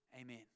Amen